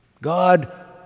God